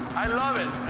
i love it,